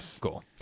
cool